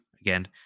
again